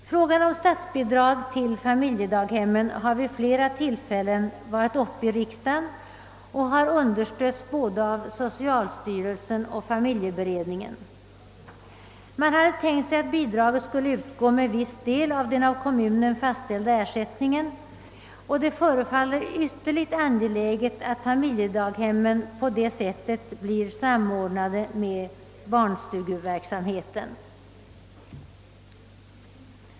Frågan om statsbidrag till familjedaghemmen har vid flera tillfällen varit uppe i riksdagen och har understötts både av socialstyrelsen och av familjeberedningen. Man hade tänkt sig att bidraget skulle utgå med viss del av den av kommunen fastställda ersättningen, och det förefaller ytterligt angeläget att familjedaghemmen på detta sätt blir samordnade med barnstugeverksamheten.